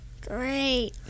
Great